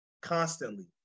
constantly